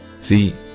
See